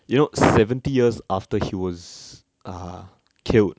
you know seventy years after he was uh killed